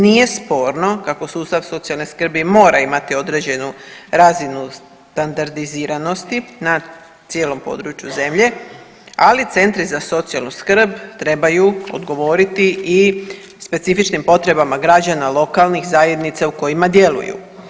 Nije sporno kako sustav socijalne skrbi mora imati određenu razinu standardiziranosti na cijelom području zemlje, ali centri za socijalnu skrb trebaju odgovoriti i specifičnim potrebama građana lokalnih zajednica u kojima djeluju.